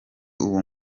uwo